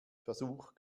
versuch